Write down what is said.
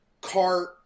Cart